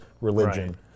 religion